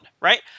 Right